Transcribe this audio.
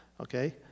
Okay